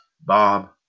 Bob